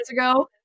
ago